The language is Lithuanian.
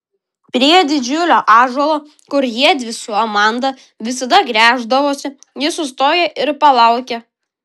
prie didžiulio ąžuolo kur jiedvi su amanda visada gręždavosi ji sustojo ir palaukė